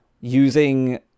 using